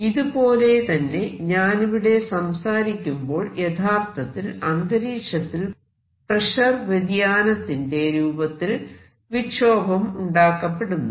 ഇതുപോലെ തന്നെ ഞാനിവിടെ സംസാരിക്കുമ്പോൾ യഥാർത്ഥത്തിൽ അന്തരീക്ഷത്തിൽ പ്രഷർ വ്യതിയാനത്തിന്റെ രൂപത്തിൽ വിക്ഷോഭം ഉണ്ടാക്കപ്പെടുന്നു